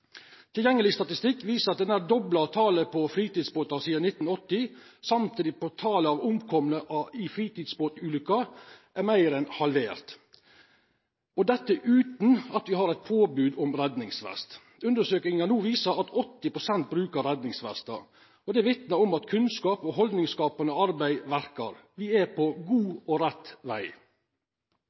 Tilgjengeleg statistikk viser at me har nær dobla talet på fritidsbåtar sidan 1980, samtidig som talet på omkomne i fritidsbåtulykker er meir enn halvert, dette utan at me har eit påbod om redningsvest. Undersøkingar viser no at 80 pst. brukar redningsvest. Det vitnar om at kunnskap og haldningsskapande arbeid verkar. Me er på god og rett veg.